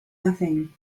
nothing